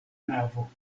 navo